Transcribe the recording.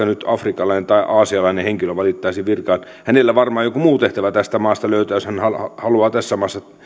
nyt afrikkalainen tai aasialainen henkilö valittaisiin virkaan ja hänelle varmaan joku muukin tehtävä tästä maasta löytyy jos hän haluaa tässä maassa